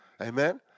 Amen